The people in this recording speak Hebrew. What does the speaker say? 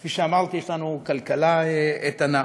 כפי שאמרתי, יש לנו כלכלה איתנה,